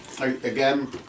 again